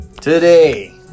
today